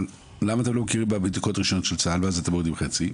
אבל למה אתם לא מכירים בבדיקת הרישיונות של צה"ל ואז אתם מורידים חצי.